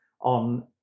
on